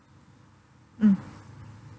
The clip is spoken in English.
mm